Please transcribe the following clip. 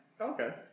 Okay